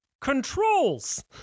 controls